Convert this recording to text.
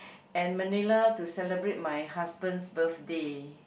and Manila to celebrate my husband's birthday